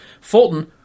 Fulton